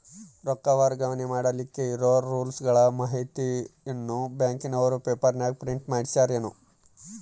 ರೊಕ್ಕ ವರ್ಗಾವಣೆ ಮಾಡಿಲಿಕ್ಕೆ ಇರೋ ರೂಲ್ಸುಗಳ ಮಾಹಿತಿಯನ್ನ ಬ್ಯಾಂಕಿನವರು ಪೇಪರನಾಗ ಪ್ರಿಂಟ್ ಮಾಡಿಸ್ಯಾರೇನು?